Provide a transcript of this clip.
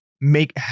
make